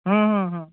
হুম হুম হুম